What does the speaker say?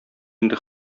инде